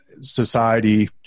society